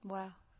Wow